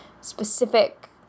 specific